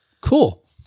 Cool